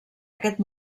aquest